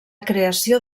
creació